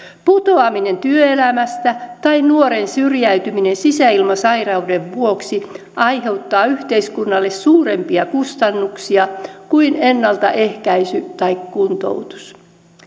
putoaminen työelämästä tai nuoren syrjäytyminen sisäilmasairauden vuoksi aiheuttaa yhteiskunnalle suurempia kustannuksia kuin ennaltaehkäisy tai kuntoutus